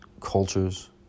cultures